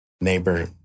neighbor